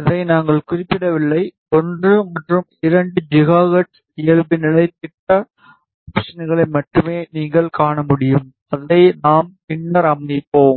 இதை நாங்கள் குறிப்பிடவில்லை 1 மற்றும் 2 ஜிகாஹெர்ட்ஸ் இயல்புநிலை திட்ட ஆப்ஷன்களை மட்டுமே நீங்கள் காண முடியும் அதை நாம் பின்னர் அமைப்போம்